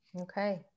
Okay